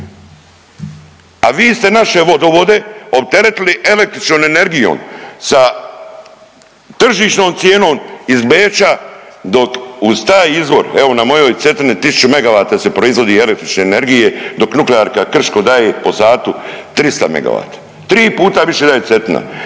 A vi ste naše vodovode opteretili električnom energijom sa tržišnom cijenom iz Beča dok uz taj izvor evo na mojoj Cetini 1000 megavata se proizvodi električne energije dok nuklearka Krško daje po satu 300 megavata. Tri puta više daje Cetina